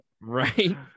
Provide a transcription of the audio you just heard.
right